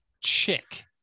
Chick